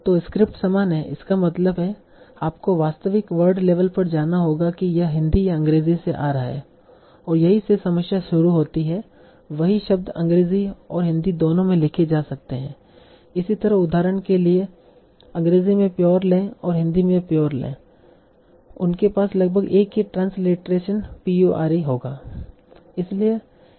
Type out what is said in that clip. तो स्क्रिप्ट समान है इसका मतलब है आपको वास्तविक वर्ड लेवल पर जाना होगा कि यह हिंदी या अंग्रेजी से आ रहा है और यहीं से समस्या शुरू होती है वही शब्द अंग्रेजी और हिंदी दोनों में लिखे जा सकते हैं इसी तरह उदाहरण के लिए अंग्रेजी में प्योर ले और हिंदी में प्योर ले उनके पास लगभग एक ही transliteration P u r e होगा